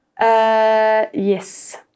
Yes